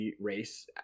race